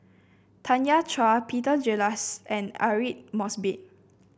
Tanya Chua Peter Gilchrist and Aidli Mosbit